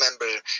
remember